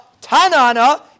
Tanana